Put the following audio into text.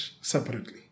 separately